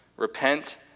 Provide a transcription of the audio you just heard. Repent